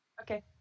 Okay